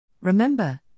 Remember